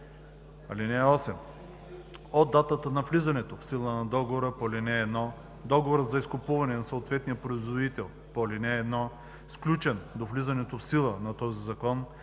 17. (8) От датата на влизането в сила на договора по ал. 1 договорът за изкупуване на съответния производител по ал. 1, сключен до влизането в сила на този закон,